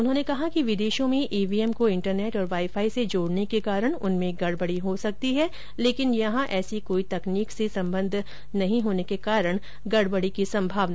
उन्होंने कहा कि विदेशों में ईवीएम को इंटरनेट और वाईफाई से जोड़ने के कारण उनमें गड़बड़ी हो सकती है लेकिन यहां ऐसी कोई तकनीक से संबंध नहीं होने के कारण गड़बड़ी नहीं हो सकती